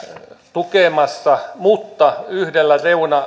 tukemassa mutta yhdellä